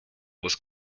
was